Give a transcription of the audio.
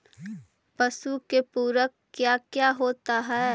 पशु के पुरक क्या क्या होता हो?